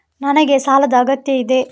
ನನಗೆ ಸಾಲದ ಅಗತ್ಯ ಇದೆ?